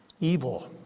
evil